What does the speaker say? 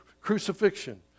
crucifixion